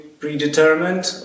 predetermined